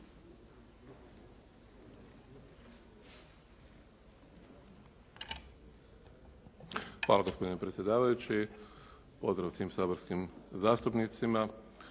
Hvala gospodine predsjedavajući. Pozdrav svim saborskim zastupnicima.